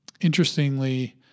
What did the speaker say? Interestingly